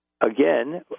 again